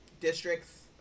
districts